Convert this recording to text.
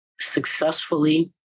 successfully